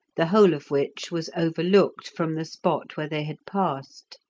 the whole of which was overlooked from the spot where they had passed.